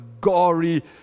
gory